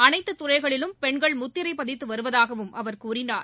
அனைத்து துறைகளிலும் பெண்கள் முத்திரை பதித்து வருவதாகவும் அவர் கூறினார்